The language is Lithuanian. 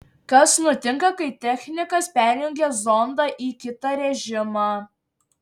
kas nutinka kai technikas perjungia zondą į kitą režimą